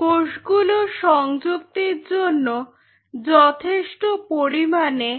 কোষগুলোর সংযুক্তির জন্য যথেষ্ট পরিমাণে